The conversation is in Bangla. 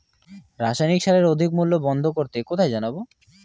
রাসায়নিক সারের অধিক মূল্য বন্ধ করতে কোথায় জানাবো?